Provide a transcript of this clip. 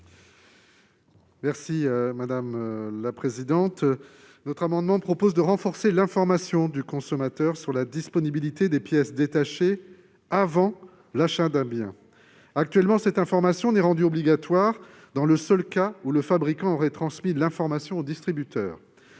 est à M. Hervé Gillé. Nous proposons de renforcer l'information du consommateur sur la disponibilité des pièces détachées avant l'achat d'un bien. Actuellement, cette information n'est rendue obligatoire que dans le seul cas où le fabricant aurait transmis l'information aux distributeurs.